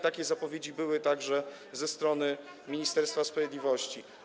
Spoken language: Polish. Takie zapowiedzi były także ze strony Ministerstwa Sprawiedliwości.